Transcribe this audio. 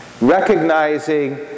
recognizing